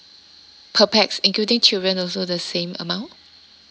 per pax including children also the same amount